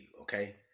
okay